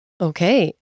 Okay